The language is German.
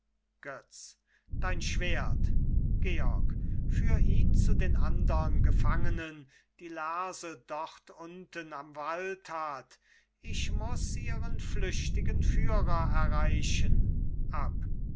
götz dein schwert georg führ ihn zu den andern gefangenen die lerse dort unten am wald hat ich muß ihren flüchtigen führer erreichen